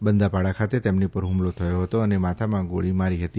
બંદાપાડા ખાતે તેમની પર ફુમલો થયો ફતો અને માથામાં ગોળી મારી ફતી